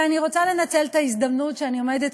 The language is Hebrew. ואני רוצה לנצל את ההזדמנות שאני עומדת